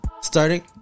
starting